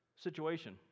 situation